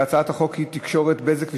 הצעת חוק התקשורת (בזק ושידורים)